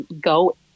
go